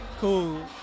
cool